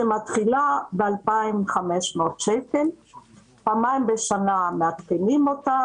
שמתחילה ב-2,500 שקל ופעמיים בשנה מעדכנים אותה,